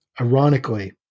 Ironically